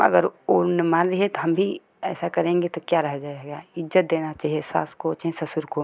अगर वो मार रही है तो हम भी ऐसा करेंगे तो क्या रहे जाएगा इज्ज़त देना चहिए सास को चाहें ससुर को